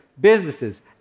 businesses